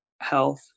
health